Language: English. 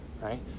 right